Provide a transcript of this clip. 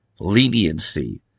leniency